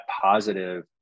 positive